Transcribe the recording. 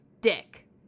Dick